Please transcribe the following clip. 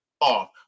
off